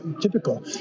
typical